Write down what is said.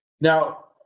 Now